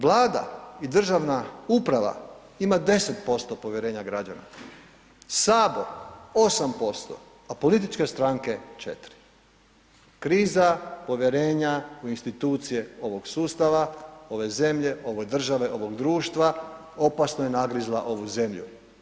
Vlada i državna uprava ima 10% povjerenja u građana, Sabor 8%, a političke stranke 4. Kriza povjerenja u institucije ovog sustava, ove zemlje, ove države, ovog društva, opasno je nagrizla ovu zemlju.